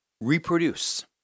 Reproduce